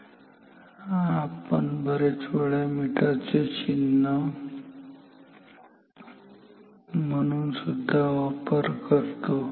याचा आपण बरेच वेळा मीटरचे चिन्ह म्हणून सुद्धा वापर करतो